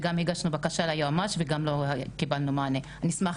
וגם הגשנו בקשה ליועמ"ש וגם לא קיבלנו מענה.